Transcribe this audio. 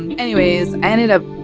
and anyways, i ended up